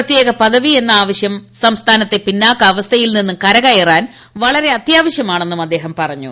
പ്രത്യേക പദവി എന്ന ആവശ്യം സംസ്ഥാനത്തെ പിന്നാക്കാവസ്ഥയിൽ നിന്നും കരകയറാൻ വളരെ അത്യാവശ്യമാണെന്നും അദ്ദേഹം പറഞ്ഞു